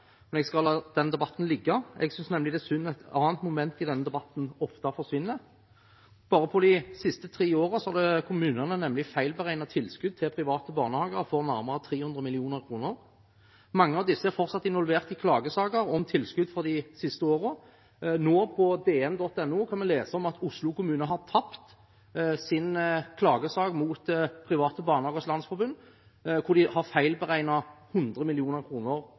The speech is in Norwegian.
Men jeg skal la den debatten ligge. Jeg synes nemlig det er synd at et annet moment i debatten ofte forsvinner: Bare på de siste tre årene har kommunene feilberegnet tilskudd til private barnehager for nærmere 300 mill. kr. Mange av disse er fortsatt involvert i klagesaker om tilskudd for de siste årene. På dn.no kan vi nå lese at Oslo kommune har tapt sin klagesak mot Private Barnehagers Landsforbund, hvor de har feilberegnet 100